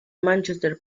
mánchester